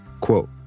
Quote